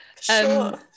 Sure